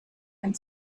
and